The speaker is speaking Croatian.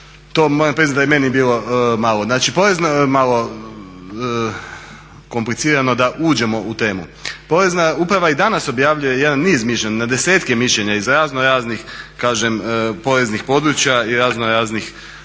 to moram priznati da je i meni bilo malo komplicirano da uđemo u temu. Porezna uprava i danas objavljuje jedan niz mišljenja na desetka mišljenja iz raznoraznih poreznih područja temeljem raznoraznih